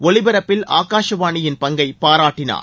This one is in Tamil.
ஒலிபரப்பில் ஆகாஷவாணியின் பங்கை பாராட்டினார்